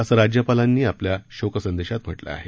असं राज्यपालांनी आपल्या शोकसंदेशात म्हटलं आहे